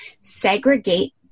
segregate